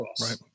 Right